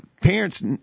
parents